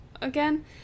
again